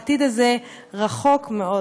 העתיד הזה רחוק מאוד.